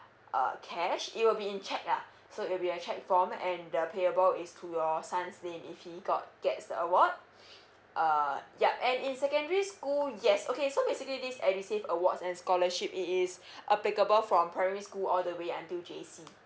uh cash it will be in cheque lah so it will be a cheque form and the payable is to your son's name if he got gets award uh yup and in secondary school yes okay so basically this edusave awards and scholarship it is applicable from primary school all the way until J_C